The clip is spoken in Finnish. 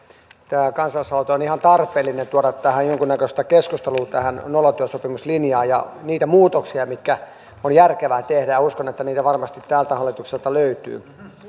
tämä kansalais aloite on ihan tarpeellinen tuoda jonkin näköistä keskustelua tähän nollatyösopimuslinjaan ja niitä muutoksia joita on järkevää tehdä uskon että niitä varmasti tältä hallitukselta löytyy